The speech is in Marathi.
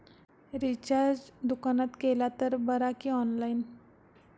रिचार्ज दुकानात केला तर बरा की ऑनलाइन?